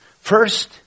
First